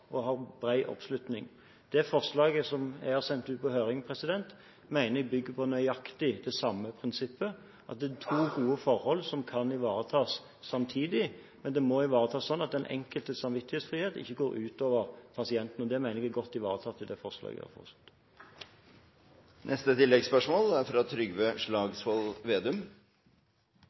og som har bred oppslutning. Forslaget jeg har sendt ut på høring, mener jeg bygger på nøyaktig det samme prinsippet: Det er to gode forhold som kan ivaretas samtidig, men det må ivaretas slik at den enkeltes samvittighetsfrihet ikke går ut over pasienten. Det mener jeg er godt ivaretatt i forslaget vårt. Trygve Slagsvold Vedum – til oppfølgingsspørsmål. Alle partiene i denne salen er